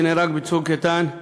שנהרג ב"צוק איתן",